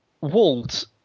Walt